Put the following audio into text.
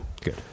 Good